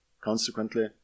Consequently